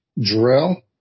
Drill